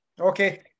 Okay